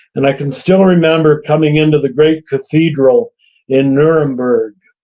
and i can still remember coming into the great cathedral in nuremberg.